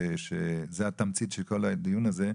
וזאת התמצית של כל הדיון הזה,